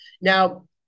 Now